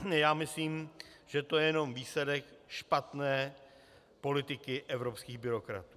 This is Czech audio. Víte, já myslím, že to je jenom výsledek špatné politiky evropských byrokratů.